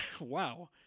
Wow